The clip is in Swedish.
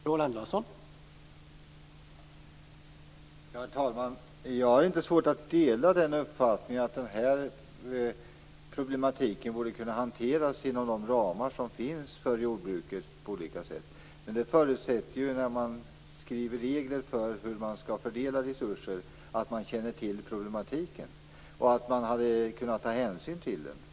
Herr talman! Jag har inte svårt att dela uppfattningen att den här problematiken borde kunna hanteras inom de ramar som finns för jordbruket. Men när man skriver regler för hur man skall fördela resurser förutsätter det att man känner till problematiken så att man kan ta hänsyn till den.